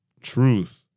truth